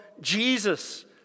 Jesus